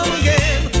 again